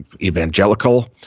evangelical